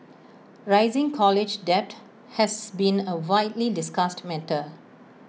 rising college debt has been A widely discussed matter